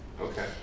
okay